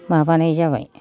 माबानाय जाबाय